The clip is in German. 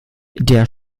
der